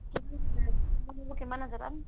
কিমান আছে তাত